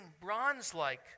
bronze-like